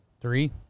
Three